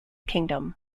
kingdom